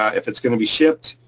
ah if it's gonna be shipped,